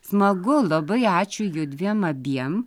smagu labai ačiū judviem abiem